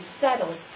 settled